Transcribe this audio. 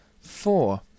Four